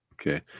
Okay